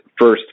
first